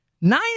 Nine